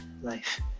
life